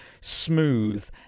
smooth